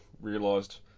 realised